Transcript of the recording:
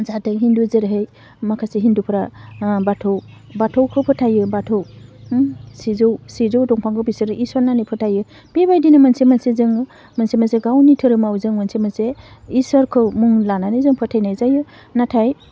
जाहाते हिन्दु जेरैहाय माखासे हिन्दुफोरा ओह बाथौ बाथौखौ फोथायो बाथौ होह सिजौ सिजौ दंफांखौ बिसोरो इसोर होन्नानै फोथायो बेबायदिनो मोनसे मोनसे जों मोनसे मोनसे गावनि धोरोमाव जोङो मोनसे मोनसे इसोरखौ मुं लानानै जों फोथायनाय जायो नाथाय